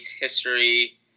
History